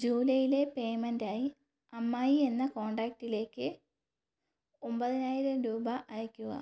ജൂലൈയിലെ പേയ്മെൻറ്റായി അമ്മായി എന്ന കോണ്ടാക്ടിലേക്ക് ഒമ്പതിനായിരം രൂപ അയയ്ക്കുക